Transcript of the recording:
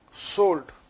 Sold